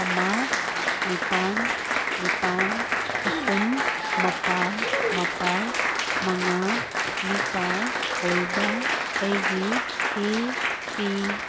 ꯑꯃ ꯅꯤꯄꯥꯟ ꯅꯤꯄꯥꯟ ꯑꯍꯨꯝ ꯃꯄꯥꯜ ꯃꯄꯥꯜ ꯃꯉꯥ ꯅꯤꯄꯥꯟ ꯑꯣꯏꯕ ꯑꯩꯒꯤ ꯑꯦ ꯄꯤ